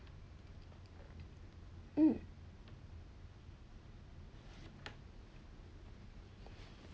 mm